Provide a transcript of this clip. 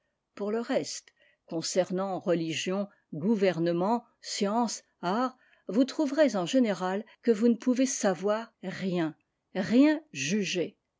pour le reste concernant religions gouvernements sciences arts vous trouverez en général que vous ne pouvez savoir rien rien juger